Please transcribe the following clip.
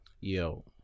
Yo